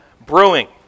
brewing